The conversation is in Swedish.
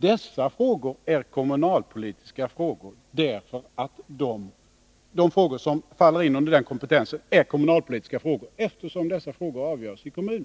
De frågor som faller in under den kommunalpolitiska kompetensen är kommunalpolitiska frågor, eftersom de avgörs i kommunen.